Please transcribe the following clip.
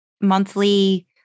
monthly